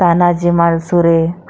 Tanaji Malusare